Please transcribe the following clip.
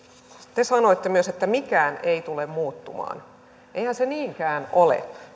te sanoitte myös että mikään ei tule muuttumaan eihän se niinkään ole